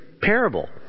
parable